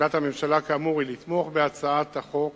עמדת הממשלה, כאמור, היא לתמוך בהצעת החוק,